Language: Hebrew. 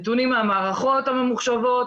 נתונים מהמערכות הממוחשבות.